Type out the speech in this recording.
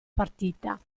partita